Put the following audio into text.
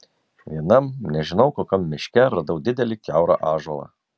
vienam nežinau kokiam miške radau didelį kiaurą ąžuolą